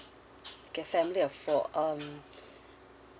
okay family of four um